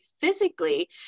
physically